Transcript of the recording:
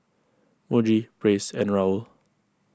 Muji Praise and Raoul